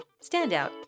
Standout